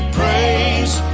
praise